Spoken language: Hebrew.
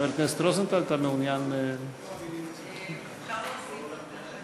חבר הכנסת רוזנטל, אתה מעוניין, כמה מילים קצרות.